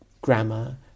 grammar